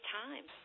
time